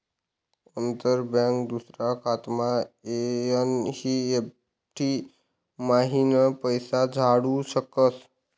अंतर बँक दूसरा खातामा एन.ई.एफ.टी म्हाईन पैसा धाडू शकस